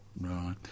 Right